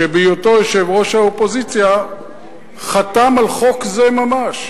שבהיותו יושב-ראש האופוזיציה חתם על חוק זה ממש,